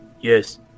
Yes